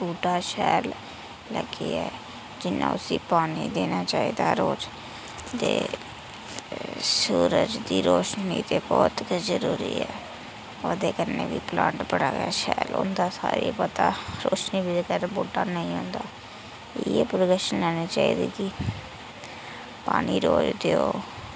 बूहटा शैल लग्गी जाए जिन्ना उसी पानी देना चाहिदा रोज़ ते सूरज दी रोशनी ते बोह्त गै ज़रूरी ऐ ओह्दे कन्नै बी प्लांट बड़ा गै शैल होंदा ऐ सारे पता रोशनी दे बगैर बूह्टा नेईं होंदा इ'यै प्रीकाशन लैने चाहिदे कि पानी रोज देओ